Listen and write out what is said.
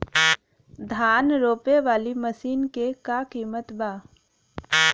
धान रोपे वाली मशीन क का कीमत बा?